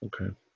Okay